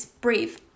breathe